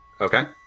Okay